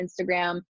Instagram